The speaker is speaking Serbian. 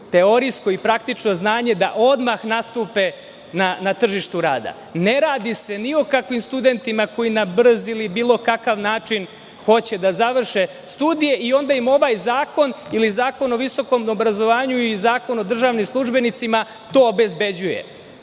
teorijsko i praktično znanje da odmah nastupe na tržištu rada. Ne radi se ni o kakvim studentima koji na brz ili bilo kakav način hoće da završe studije i onda im ovaj zakon ili Zakon o visokom obrazovanju i Zakon o državnim službenicima to obezbeđuju.